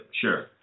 sure